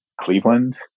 Cleveland